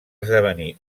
esdevenir